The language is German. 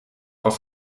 auf